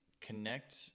connect